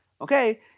okay